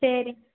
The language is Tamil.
சரி